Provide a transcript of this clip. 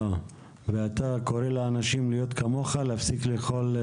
ואתה קורא לאנשים להיות כמוך, להפסיק לאכול דגים?